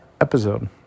episode